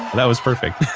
that was perfect.